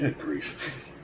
grief